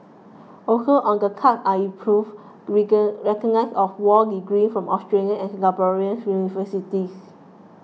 also on the cards are improved recognition of law degrees from Australian and Singaporean universities